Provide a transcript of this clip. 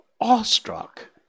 awestruck